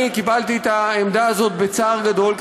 אני קיבלתי את העמדה הזאת בצער גדול,